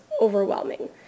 overwhelming